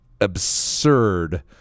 absurd